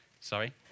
Sorry